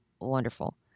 wonderful